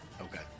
okay